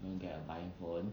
you're going to get a buying phone